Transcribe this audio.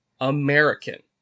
american